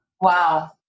Wow